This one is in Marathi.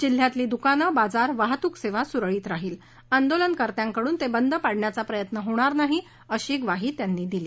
जिल्ह्यातली दुकानं बाजार वाहतूक सेवा सुरळीत राहिलं आंदोलनकर्त्यांकडून ते बंद पाडण्याचा प्रयत्न होणार नाही अशी ग्वाही त्यांनी दिली